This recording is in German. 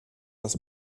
das